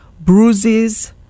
bruises